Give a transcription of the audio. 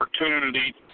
opportunity